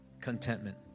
contentment